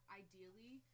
ideally